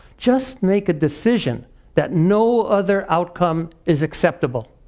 just make a decision that no other outcome is acceptable.